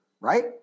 Right